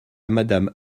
madame